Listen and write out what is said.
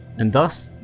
and thus,